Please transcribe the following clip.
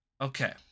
okay